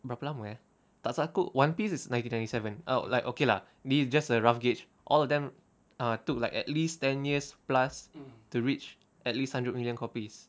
berapa lama eh tak salah aku one piece is nineteen ninety seven out like okay lah this is just a rough gauge all of them ah took like at least ten years plus to reach at least hundred million copies